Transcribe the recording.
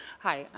hi.